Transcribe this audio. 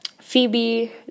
Phoebe